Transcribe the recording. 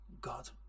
God